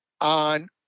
on